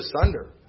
asunder